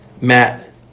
Matt